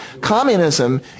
Communism